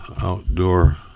outdoor